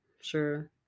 sure